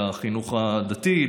לחינוך הדתי,